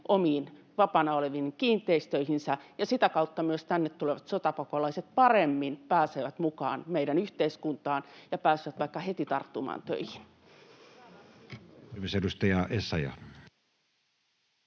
omiin vapaana oleviin kiinteistöihinsä ja sitä kautta myös tänne tulevat sotapakolaiset paremmin pääsevät mukaan meidän yhteiskuntaan ja pääsevät vaikka heti tarttumaan töihin.